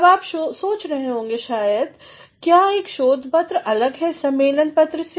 अब आप शायद सोच रहे होंगे क्या एक शोध पात्रअलग है सम्मेलन पात्र से